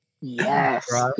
Yes